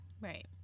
Right